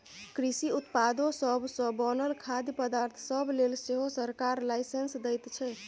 कृषि उत्पादो सब सँ बनल खाद्य पदार्थ सब लेल सेहो सरकार लाइसेंस दैत छै